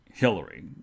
Hillary